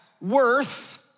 worth